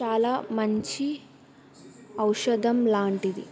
చాలా మంచి ఔషధం లాంటిది